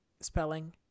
spelling